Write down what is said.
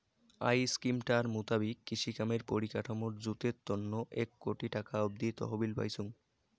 I স্কিমটার মুতাবিক কৃষিকামের পরিকাঠামর জুতের তন্ন এক কোটি টাকা অব্দি তহবিল পাইচুঙ